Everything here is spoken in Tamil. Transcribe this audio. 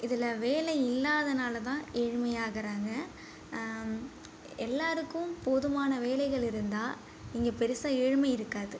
இதில் வேலை இல்லாதனால் தான் ஏழ்மையாகிறாங்க எல்லோருக்கும் போதுமான வேலைகள் இருந்தால் இங்கே பெருசாக ஏழ்மை இருக்காது